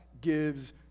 gives